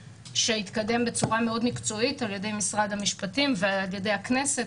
שהתקדם בצורה מאוד מקצועית על ידי משרד המשפטים ועל ידי הכנסת,